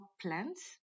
plants